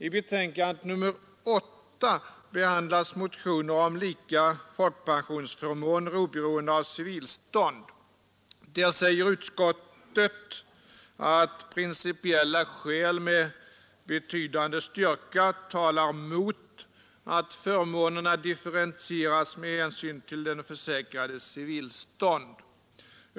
I betänkandet nr 8 behandlas motioner om lika folkpensionsförmåner oberoende av civilstånd. Där säger utskottet att principiella skäl med betydande styrka talar mot att förmånerna differentieras med hänsyn till den försäkrades civilstånd.